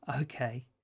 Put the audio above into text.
okay